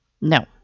No